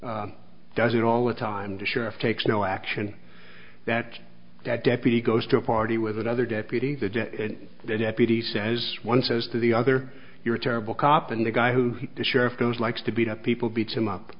does it all the time to sheriff takes no action that that deputy goes to a party with another deputy the day the deputy says one says to the other you're a terrible cop and the guy who hit the sheriff goes likes to beat up people beats him up